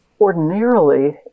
Ordinarily